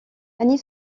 annie